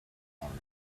arena